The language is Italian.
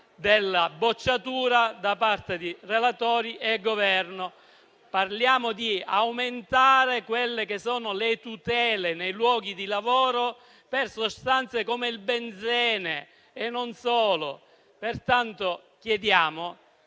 della bocciatura da parte del relatore e del Governo. Parliamo di aumentare le tutele nei luoghi di lavoro per sostanze come il benzene e non solo. Chiediamo